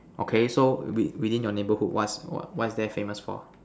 okay so with within your neighborhood what's there famous for